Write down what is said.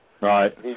right